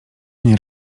nie